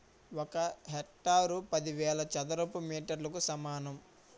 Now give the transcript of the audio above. ఒక హెక్టారు పదివేల చదరపు మీటర్లకు సమానం